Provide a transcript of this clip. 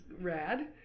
rad